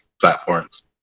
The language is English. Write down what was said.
platforms